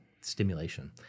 stimulation